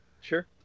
Sure